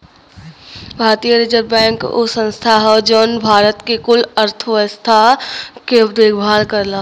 भारतीय reserve bank उ संस्था हौ जौन भारत के कुल अर्थव्यवस्था के देखभाल करला